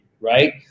right